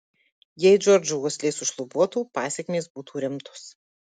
jei džordžo uoslė sušlubuotų pasekmės būtų rimtos